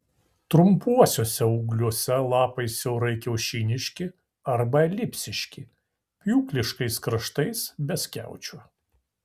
trumpuosiuose ūgliuose lapai siaurai kiaušiniški arba elipsiški pjūkliškais kraštais be skiaučių